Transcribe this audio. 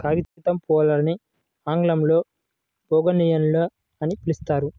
కాగితంపూలని ఆంగ్లంలో బోగాన్విల్లియ అని పిలుస్తారు